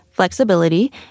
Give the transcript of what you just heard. flexibility